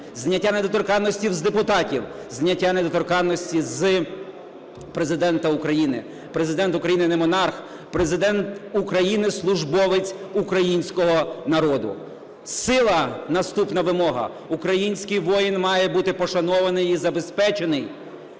зняття недоторканності з депутатів, зняття недоторканності з Президента України. Президент України – не монарх, Президент України – службовець українського народу. Сила – наступна вимога. Український воїн має бути пошанований і забезпечений.